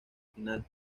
final